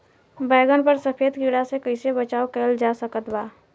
बैगन पर सफेद कीड़ा से कैसे बचाव कैल जा सकत बा?